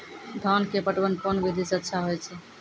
धान के पटवन कोन विधि सै अच्छा होय छै?